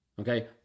Okay